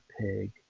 pig